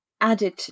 added